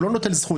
הוא לא נוטל זכות,